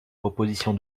proposition